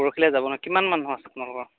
পৰহিলৈ যাব নহ্ কিমান মানুহ আছে আপোনালোকৰ